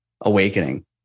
awakening